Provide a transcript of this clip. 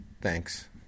Thanks